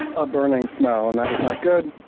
a burning smell and that is not good.